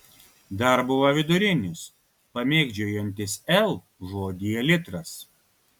dar buvo vidurinis pamėgdžiojantis l žodyje litras